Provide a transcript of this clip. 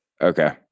okay